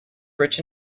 rich